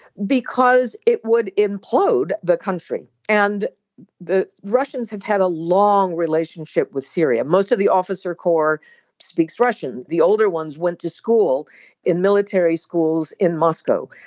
because it would implode the country. and the russians have had a long relationship with syria. most of the officer corps speaks russian. the older ones went to school in military schools in moscow.